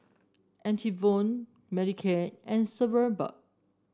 Enervon Manicare and Sebamed